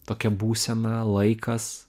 tokia būsena laikas